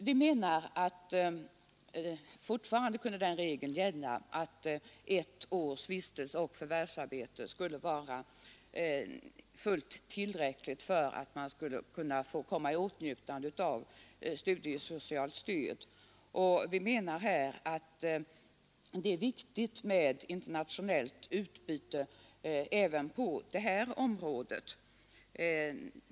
Vi anser att det fortfarande borde vara fullt tillräckligt med ett års vistelse och förvärvsarbete för att komma i åtnjutande av studiesocialt stöd. Det är viktigt med internationellt utbyte även på det här området.